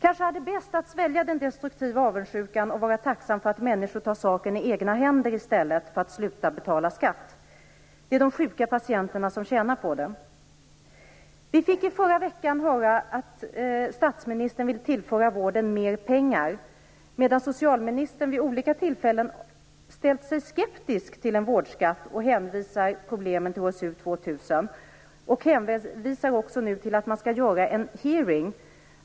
Kanske är det bäst att svälja den destruktiva avundsjukan och vara tacksam för att människor tar saken i egna händer i stället för att sluta betala skatt. De är de sjuka patienterna som tjänar på det. I förra veckan fick vi höra att statsministern vill tillföra vården mer pengar medan socialministern vid olika tillfällen ställt sig skeptiskt till en vårdskatt och hänvisar problemen till HSU 2000. Nu hänvisar socialministern också till att man skall anordna en hearing.